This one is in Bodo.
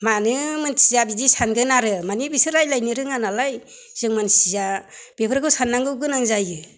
मानो मोन्थिया बिदि सानगोन आरो माने बिसोर रायज्लायनो रोङा नालाय जों मानसिया बेफोरखौ साननांगौ गोनां जायो